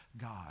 God